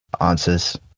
answers